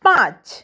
পাঁচ